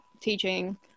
teaching